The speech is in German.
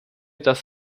dass